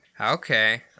Okay